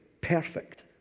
perfect